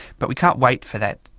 but we can't wait for that,